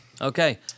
Okay